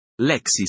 Lexis